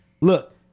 look